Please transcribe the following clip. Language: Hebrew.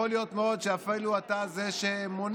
יכול מאוד להיות אפילו שאתה זה שמונע